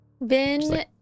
ben